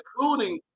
including